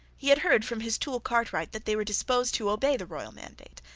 he had heard from his tool cartwright that they were disposed to obey the royal mandate,